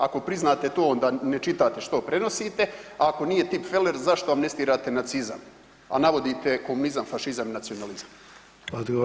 Ako priznate to onda ne čitate što prenosite, a ako nije tipfeler zašto amnestirate nacizam, a navodite komunizam, fašizam i nacionalizam?